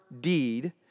deed